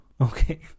Okay